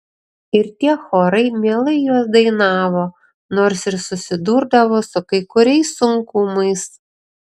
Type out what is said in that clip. ir tie chorai mielai juos dainavo nors ir susidurdavo su kai kuriais sunkumais